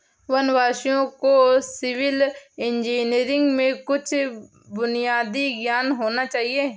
वनवासियों को civil engineering में कुछ बुनियादी ज्ञान होना चाहिए